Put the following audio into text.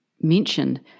mentioned